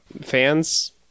Fans